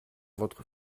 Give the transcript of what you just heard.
votre